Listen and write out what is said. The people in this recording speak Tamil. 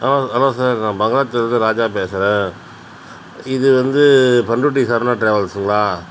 ஆ ஹலோ சார் நான் பகவத்திலருந்து ராஜா பேசுகிறேன் இது வந்து பண்ருட்டி சரவணா ட்ராவல்ஸுங்களா